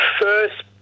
first